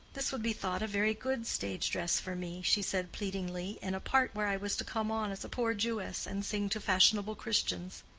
this would be thought a very good stage-dress for me, she said, pleadingly, in a part where i was to come on as a poor jewess and sing to fashionable christians.